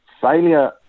Failure